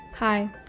Hi